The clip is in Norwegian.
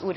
Som